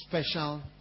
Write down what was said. Special